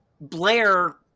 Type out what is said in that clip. Blair